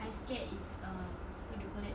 I scared is um what do you call it